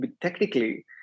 technically